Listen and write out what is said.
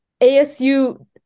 ASU